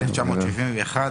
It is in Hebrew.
1971,